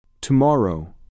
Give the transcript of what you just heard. tomorrow